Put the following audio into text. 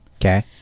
Okay